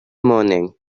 moaning